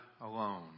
alone